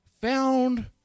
found